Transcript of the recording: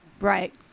Right